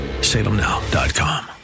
salemnow.com